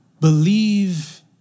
Believe